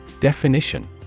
Definition